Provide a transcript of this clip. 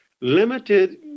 limited